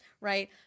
right